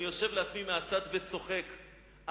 אני יושב בצד וצוחק לעצמי.